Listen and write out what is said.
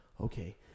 Okay